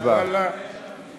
עכשיו, אחרי ההצבעה.